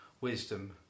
wisdom